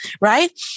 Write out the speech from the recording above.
right